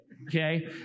Okay